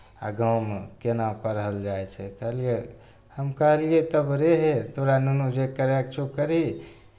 आ गाँवमे केना पढ़ल जाइ छै कहलियै हम कहलियै तब रे हे तोरा नूनू जे करयके छौ करही